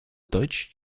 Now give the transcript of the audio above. deutsch